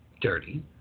dirty